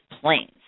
planes